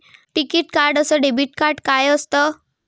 टिकीत कार्ड अस debit card काय असत?